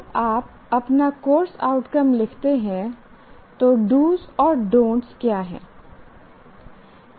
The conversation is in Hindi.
जब आप अपना कोर्स आउटकम लिखते हैं तो डूस do's और डॉनट् don't क्या हैं